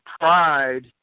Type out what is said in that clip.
pride